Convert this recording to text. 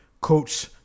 coach